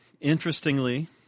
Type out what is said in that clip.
interestingly